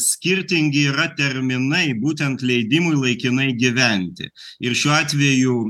skirtingi yra terminai būtent leidimui laikinai gyventi ir šiuo atveju